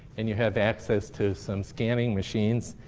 and you have access to some scanning machines,